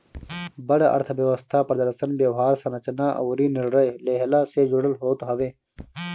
बड़ अर्थव्यवस्था प्रदर्शन, व्यवहार, संरचना अउरी निर्णय लेहला से जुड़ल होत हवे